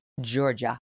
georgia